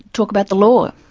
talk about the law.